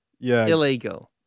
illegal